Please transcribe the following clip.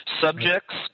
Subjects